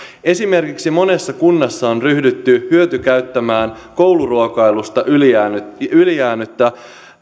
esimerkiksi monessa kunnassa on ryhdytty hyötykäyttämään kouluruokailusta ylijäänyttä